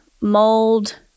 mold